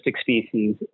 species